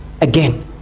again